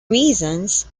reasons